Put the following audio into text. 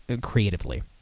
creatively